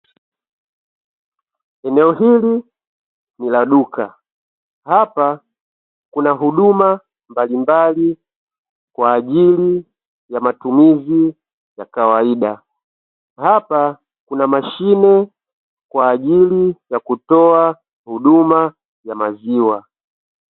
Eneo hili ni la duka hapa kuna huduma mbalimbali kwa ajili ya matumizi ya kawaida, hapa kuna mashine kwa ajili ya kutoa huduma ya maziwa.